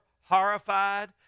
horrified